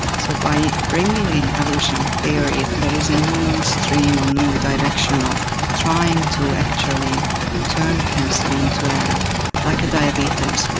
so by bringing in evolutionary theory, there is a new stream or a new direction of trying to actually turn cancer into like a diabetes,